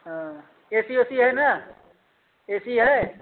हाँ A C वैसी है ना ए सी है